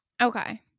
Okay